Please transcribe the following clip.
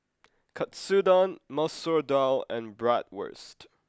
Katsudon Masoor Dal and Bratwurst